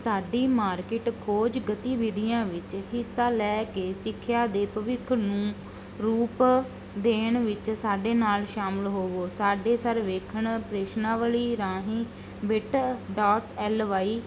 ਸਾਡੀ ਮਾਰਕੀਟ ਖੋਜ ਗਤੀਵਿਧੀਆਂ ਵਿੱਚ ਹਿੱਸਾ ਲੈ ਕੇ ਸਿੱਖਿਆ ਦੇ ਭਵਿੱਖ ਨੂੰ ਰੂਪ ਦੇਣ ਵਿੱਚ ਸਾਡੇ ਨਾਲ ਸ਼ਾਮਲ ਹੋਵੋ ਸਾਡੇ ਸਰਵੇਖਣ ਪ੍ਰਸ਼ਨਾਵਲੀ ਰਾਹੀਂ ਬਿੱਟ ਡਾਟ ਐਲ ਵਾਈ